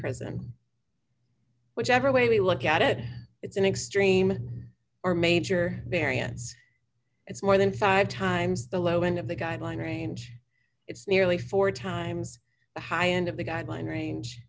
prison whichever way we look at it it's an extreme or major variance it's more than five times the low end of the guideline range it's nearly four times the high end of the guideline range